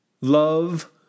Love